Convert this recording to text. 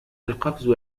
القفز